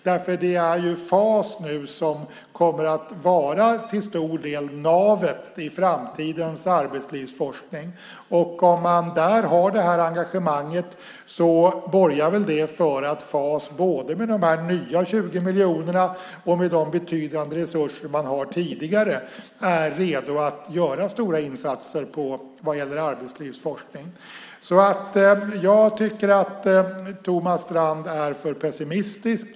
Nu är det FAS som till stor del kommer att vara navet i framtidens arbetslivsforskning, och om man där har det engagemanget borgar det väl för att FAS både med de nya 20 miljonerna och med de betydande resurser man har sedan tidigare är redo att göra stora insatser vad gäller arbetslivsforskning. Jag tycker att Thomas Strand är för pessimistisk.